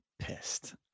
pissed